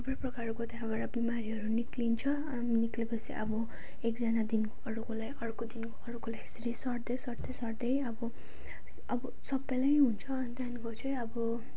थुप्रै प्रकारको त्यहाँबाट बिमारीहरू निस्किन्छ अनि निस्केपछि अब एकजनादेखिको अर्कोलाई अर्कोदेखिको अर्कोलाई यसरी सर्दै सर्दै सर्दै सर्दै अब सबैलाई हुन्छ अन्त त्यहाँदेखिको चाहिँ अब